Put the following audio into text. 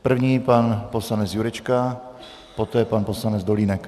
První pan poslanec Jurečka, poté pan poslanec Dolínek.